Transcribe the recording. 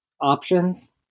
Options